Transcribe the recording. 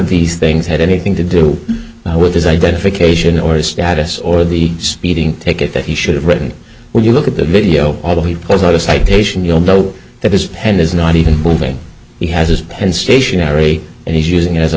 these things had anything to do with his identification or his status or the speeding ticket that he should've written when you look at the video although he pulls out a citation you'll know that his pen is not even moving he has his pen stationary and he's using it as a